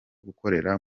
gukorera